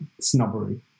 snobbery